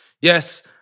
yes